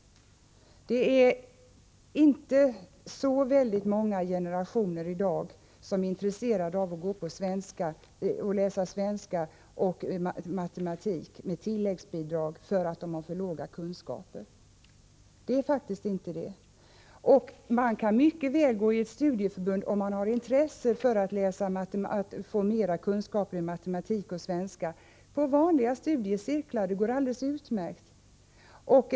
Det är inte speciellt många generationer som nu är intresserade av att med tilläggsbidrag läsa svenska och matematik, därför att de har för dåliga kunskaper. Det är faktiskt inte det. Man kan mycket väl delta i vanliga studiecirklar inom studieförbundens ram om man har intresse av att få mera kunskaper i matematik och svenska. Det går alldeles utmärkt.